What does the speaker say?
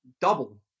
double